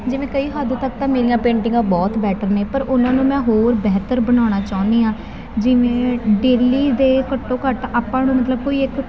ਜਿਵੇਂ ਕਈ ਹੱਦ ਤੱਕ ਤਾਂ ਮੇਰੀਆਂ ਪੇਂਟਿੰਗਾਂ ਬਹੁਤ ਬੈਟਰ ਨੇ ਪਰ ਉਹਨਾਂ ਨੂੰ ਮੈਂ ਹੋਰ ਬਿਹਤਰ ਬਣਾਉਣਾ ਚਾਹੁੰਦੀ ਹਾਂ ਜਿਵੇਂ ਡੇਲੀ ਦੇ ਘੱਟੋ ਘੱਟ ਆਪਾਂ ਨੂੰ ਮਤਲਬ ਕੋਈ ਇੱਕ